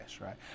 right